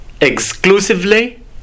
exclusively